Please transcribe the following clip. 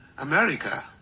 america